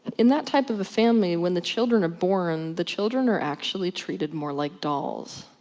in that type of a family, when the children are born the children are actually treated more like dolls.